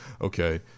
Okay